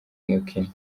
umukinyi